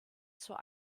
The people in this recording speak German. zur